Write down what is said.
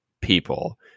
people